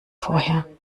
vorher